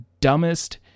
dumbest